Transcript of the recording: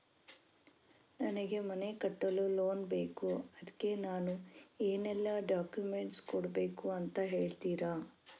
ನನಗೆ ಮನೆ ಕಟ್ಟಲು ಲೋನ್ ಬೇಕು ಅದ್ಕೆ ನಾನು ಏನೆಲ್ಲ ಡಾಕ್ಯುಮೆಂಟ್ ಕೊಡ್ಬೇಕು ಅಂತ ಹೇಳ್ತೀರಾ?